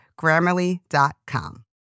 Grammarly.com